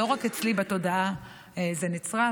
לא רק אצלי בתודעה זה נצרב,